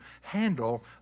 handle